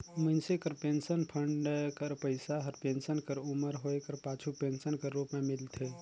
मइनसे कर pension fund कर पइसा हर पेंसन कर उमर होए कर पाछू पेंसन कर रूप में मिलथे